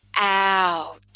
Out